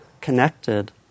connected